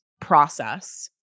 process